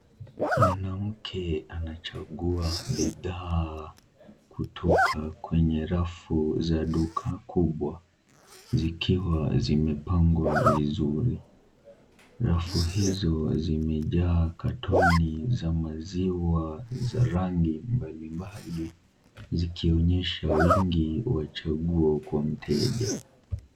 Mwanamke anachagua bidhaa kutoka kwenye rafu za duka kubwa zikiwa zimepangwa vizuri. Rafu hizo zimejaa katoni za maziwa za rangi mbali mbali zikionyesha wingi wa chaguo kwa mteja.